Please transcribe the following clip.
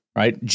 right